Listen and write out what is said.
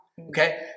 Okay